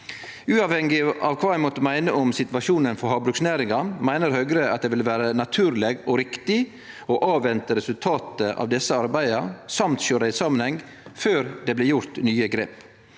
Uavhengig av kva ein måtte meine om situasjonen for havbruksnæringa, meiner Høgre at det vil vere naturleg og riktig å vente på resultatet av desse arbeida – og sjå dei i samanheng – før det blir tatt nye grep.